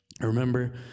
remember